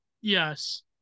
Yes